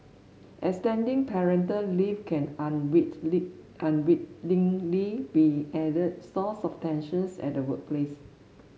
extending parental leave can unwittingly be an added source of tensions at the workplace